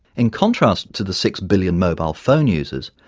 in contrast to the six billion mobile phones users,